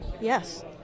Yes